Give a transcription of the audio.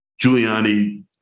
Giuliani